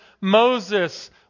Moses